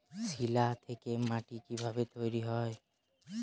শিলা থেকে মাটি কিভাবে তৈরী হয়?